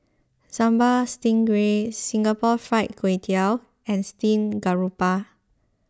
Sambal Stingray Singapore Fried Kway Tiao and Steamed Garoupa